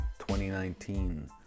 2019